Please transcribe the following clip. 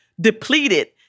depleted